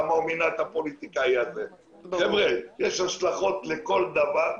יש השלכות לכל דבר.